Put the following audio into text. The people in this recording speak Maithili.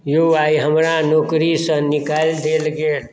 यौ आइ हमरा नौकरीसँ निकालि देल गेल